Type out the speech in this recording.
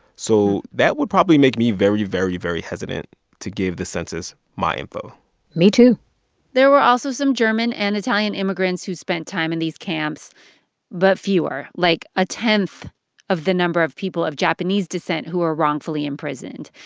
so that would probably make me very, very, very hesitant to give the census my info me, too there were also some german and italian immigrants who spent time in these camps but fewer, like a tenth of the number of people of japanese descent who were wrongfully imprisoned.